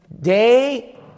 Day